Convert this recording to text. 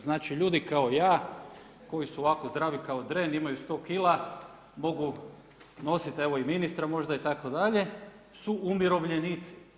Znači ljudi kao ja koji su ovako zdravi kao dren, imaju 100kg mogu nositi evo i ministra možda itd., su umirovljenici.